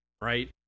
right